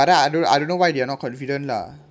I don't I don't I don't know why they are not confident lah